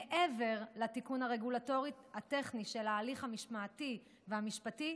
מעבר לתיקון הרגולטורי הטכני של ההליך המשמעתי והמשפטי,